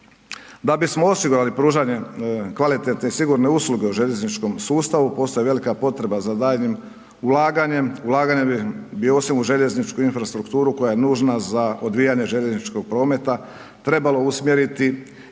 Da bismo osigurali pružanje kvalitetne i sigurne usluge u željezničkom sustavu postoji velika potreba za daljnjim ulaganjem, ulaganjem bi osim u željezničku infrastrukturu koja je nužna za odvijanje željezničkog prometa trebalo usmjeriti